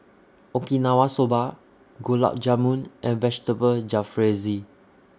Okinawa Soba Gulab Jamun and Vegetable Jalfrezi